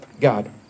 God